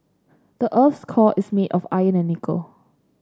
the earth's core is made of iron and nickel